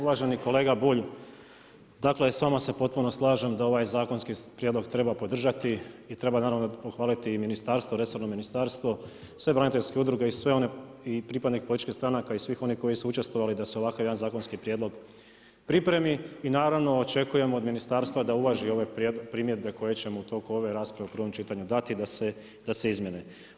Uvaženi kolega Bulj, dakle s vama se potpuno slažem da ovaj zakonski prijedlog treba podržati i treba naravno pohvaliti i resorno ministarstvo, sve braniteljske udruge i sve one pripadnike političkih stranaka i svi koji su učestvovali da se ovakav jedan zakonski prijedlog pripremi i naravno, očekujemo od ministarstva da uvaži ove primjedbe koje ćemo u toku ove rasprave u prvom čitanju dati da se izmjene.